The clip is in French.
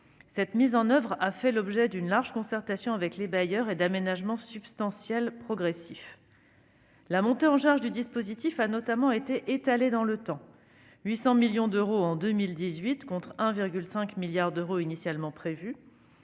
de sa mise en oeuvre, laquelle a fait l'objet d'une large concertation avec les bailleurs et d'aménagements substantiels progressifs. La montée en charge du dispositif a notamment été étalée dans le temps : 800 millions d'euros en 2018, contre 1,5 milliard d'euros initialement prévus.